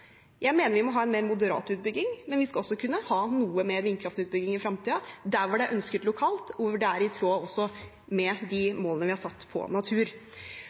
Jeg mener vi må ha en mer moderat utbygging, men vi skal også kunne ha noe mer vindkraftutbygging i fremtiden, der hvor det er ønsket lokalt, og hvor det også er i tråd med de målene vi har satt for natur.